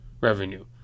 revenue